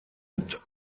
mit